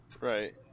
Right